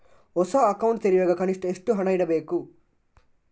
ಹೊಸ ಅಕೌಂಟ್ ತೆರೆಯುವಾಗ ಕನಿಷ್ಠ ಎಷ್ಟು ಹಣ ಇಡಬೇಕು?